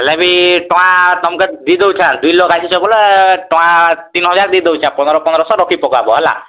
ହେଲେ ବି ଟଙ୍କା ତମ୍କୁ ଦି ଦଉଛେ ବୋଲେ ଟଙ୍କା ତିନ୍ ହଜାର ଦେଇଦେଉଛେ ପନ୍ଦର ପନ୍ଦର ଶହ ରଖି ପକାବ ହେଲା